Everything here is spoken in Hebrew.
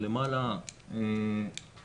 אנחנו